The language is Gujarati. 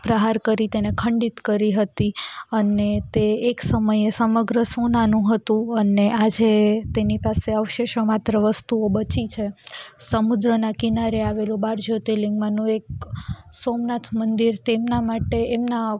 પ્રહાર કરી તેને ખંડિત કરી હતી અને તે એક સમયે સમગ્ર સોનાનું હતું અને આજે તેની પાસે અવશેષો માત્ર વસ્તુઓ બચી છે સમુદ્રના કિનારે આવેલું બાર જ્યોતિર્લિંગગમાંનું એક સોમનાથ મંદિર તેમના માટે એમના